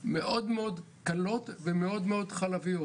הן מאוד קלות ומאוד חלביות.